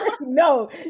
no